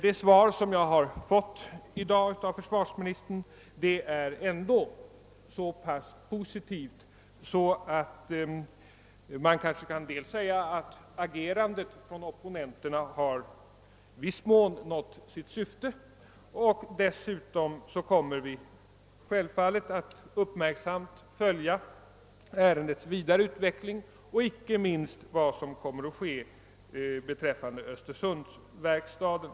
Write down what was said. Det svar som jag har fått i dag av försvarsministern är ändå så positivt, att jag kanske kan säga att opponenternas agerande i viss mån har nått sitt syfte, och dessutom kommer vi självfallet att uppmärksamt följa ärendets utveckling och inte minst vad som kommer att hända beträffande Östersundsverkstaden.